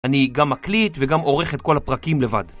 אני גם מקליט וגם עורך את כל הפרקים לבד.